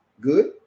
good